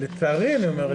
לצערי אני אומר,